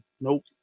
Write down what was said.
nope